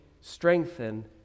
strengthen